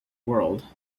world